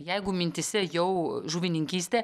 jeigu mintyse jau žuvininkystė